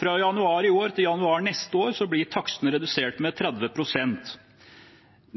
Fra januar i år til januar neste år blir takstene redusert med 30 pst.